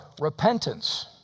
repentance